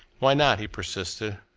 why not? he persisted.